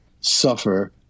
suffer